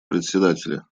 председателя